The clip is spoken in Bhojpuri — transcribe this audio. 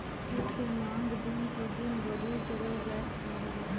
जुट के मांग दिन प दिन बढ़ल चलल जा रहल बा